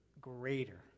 greater